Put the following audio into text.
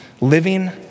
Living